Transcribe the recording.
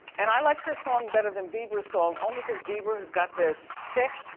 and i like her song better than beiber's song, only cause beiber has got the tick.